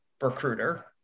recruiter